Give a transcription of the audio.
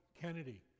Kennedy